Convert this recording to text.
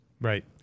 Right